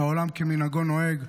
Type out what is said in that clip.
ועולם כמנהגו נוהג.